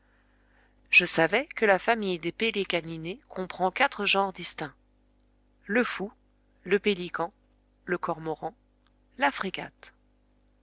je savais que la famille des pélécaninés comprend quatre genres distincts le fou le pélican le cormoran